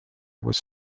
was